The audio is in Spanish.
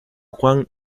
juan